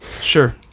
sure